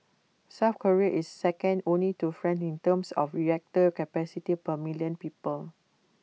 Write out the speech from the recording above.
south Korea is second only to France in terms of reactor capacity per million people